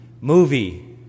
movie